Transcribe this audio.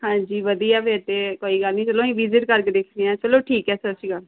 ਹਾਂਜੀ ਵਧੀਆ ਫਿਰ ਤਾਂ ਕੋਈ ਗੱਲ ਨਹੀਂ ਚਲੋ ਅਸੀਂ ਵਿਜ਼ਿਟ ਕਰਕੇ ਦੇਖਦੇ ਹਾਂ ਚਲੋ ਠੀਕ ਹੈ ਸਤਿ ਸ਼੍ਰੀ ਅਕਾਲ